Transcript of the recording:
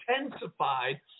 intensified